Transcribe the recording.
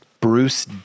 Bruce